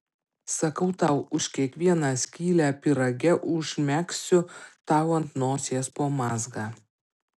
sakau tau už kiekvieną skylę pyrage užmegsiu tau ant nosies po mazgą